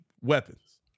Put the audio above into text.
weapons